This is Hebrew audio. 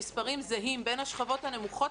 המספרים זהים בין השכבות הנמוכות,